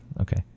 Okay